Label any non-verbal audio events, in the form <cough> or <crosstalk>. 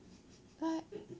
<laughs>